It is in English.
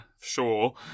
sure